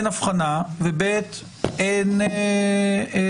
אין אבחנה, ב.